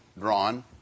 drawn